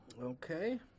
Okay